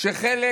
שחלק